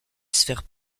sphère